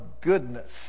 goodness